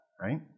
right